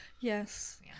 Yes